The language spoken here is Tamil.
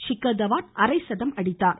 ஷிகர் தவான் அரை சதம் அடித்தார்